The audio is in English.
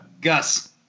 Gus